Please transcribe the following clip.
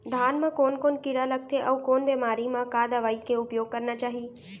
धान म कोन कोन कीड़ा लगथे अऊ कोन बेमारी म का दवई के उपयोग करना चाही?